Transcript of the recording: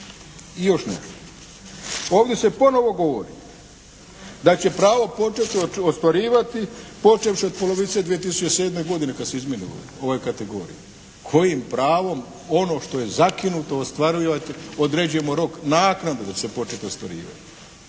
I još nešto. Ovdje se ponovo govori da će pravo početi ostvarivati počevši od polovice 2007. godine kad se izmijene ove kategorije. Kojim pravom ono što je zakinuto ostvarujete, određujemo rok naknadno da će se početi ostvarivati.